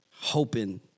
hoping